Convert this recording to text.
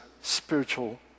spiritual